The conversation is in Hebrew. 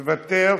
מוותר,